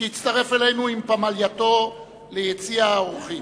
שהצטרף אלינו עם פמלייתו ביציע האורחים.